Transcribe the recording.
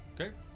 Okay